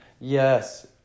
Yes